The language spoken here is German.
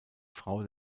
frau